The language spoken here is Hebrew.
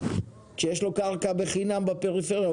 כשיש לו קרקע בחינם בפריפריה,